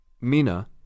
Mina